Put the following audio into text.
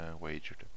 wagered